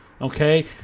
Okay